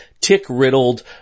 tick-riddled